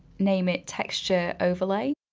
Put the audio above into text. name it texture overlay.